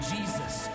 Jesus